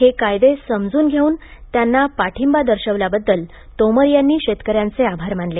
हे कायदे समजून घेऊन त्यांना पाठिंबा दर्शवल्याबद्दल तोमर यांनी शेतकऱ्यांचे आभार मानले